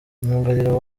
myugariro